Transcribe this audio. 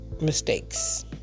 mistakes